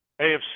AFC